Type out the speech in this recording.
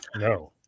No